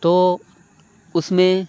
تو اُس میں